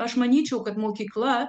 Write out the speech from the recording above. aš manyčiau kad mokykla